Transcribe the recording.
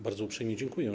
Bardzo uprzejmie dziękuję.